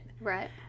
right